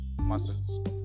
muscles